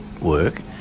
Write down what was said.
work